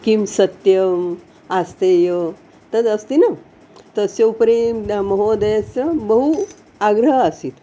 किं सत्यम् अस्ति तदस्ति न तस्य उपरि न महोदयस्य बहु आग्रहः आसीत्